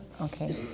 Okay